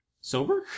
Sober